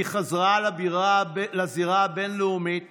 היא חזרה לזירה הבין-לאומית